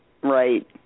Right